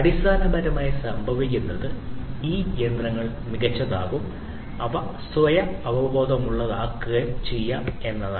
അടിസ്ഥാനപരമായി സംഭവിക്കുന്നത് ഈ യന്ത്രങ്ങൾ മികച്ചതാക്കും അവ സ്വയം അവബോധമുള്ളതാക്കും എന്നതാണ്